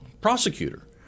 prosecutor